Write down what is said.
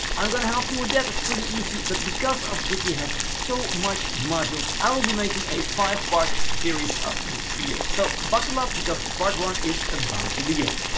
i'm gonna help you with that, its pretty easy. but because of divi has so much modules, i will be making a five part series of this video. so buckle up, because part one is about to begin.